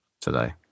today